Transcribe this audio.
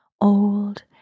old